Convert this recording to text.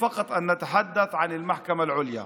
אנחנו רוצים לדבר רק על בית המשפט העליון,